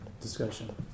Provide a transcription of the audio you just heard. discussion